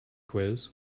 quiz